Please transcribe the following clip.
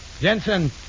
Jensen